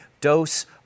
dose